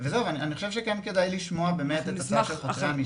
אני חושב שגם כדאי לשמוע באמת את הצעת חוקרי המשטרה.